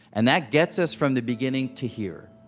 and that gets us from the beginning to here